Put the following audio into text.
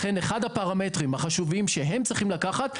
לכן אחד הפרמטרים החשובים שהם צריכים לקחת,